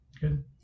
good